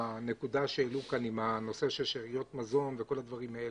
הנקודה שהעלו כאן לגבי הנושא של שאריות מזון וכל הדברים האלה.